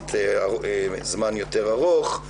יחסית זמן יותר ארוך.